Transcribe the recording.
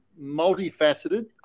multifaceted